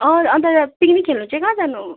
अँ अन्त पिकनिक खेल्नु चाहिँ कहाँ जानु